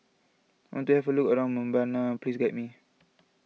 I want to for look around Mbabana please guide me